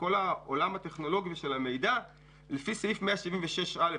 בכל העולם הטכנולוגי של המידע לפי סעיף 176(א),